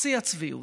שיא הצביעות.